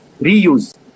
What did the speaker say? reuse